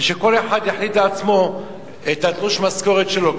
ושכל אחד יחליט לעצמו כמה לכתוב בתלוש המשכורת שלו.